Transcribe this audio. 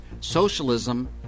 Socialism